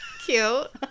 Cute